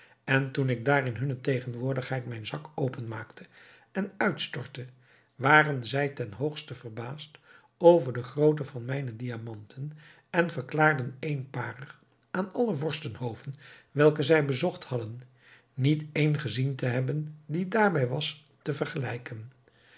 en toen ik daar in hunne tegenwoordigheid mijn zak openmaakte en uitstortte waren zij ten hoogste verbaasd over de grootte van mijne diamanten en verklaarden eenparig aan alle vorstenhoven welke zij bezocht hadden niet een gezien te hebben die daarbij was te vergelijken